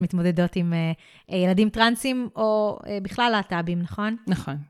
מתמודדות עם ילדים טרנסים, או בכלל להט"בים, נכון? נכון.